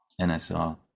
NSR